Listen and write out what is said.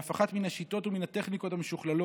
ואף אחת מן השיטות ומן הטכניקות המשוכללות,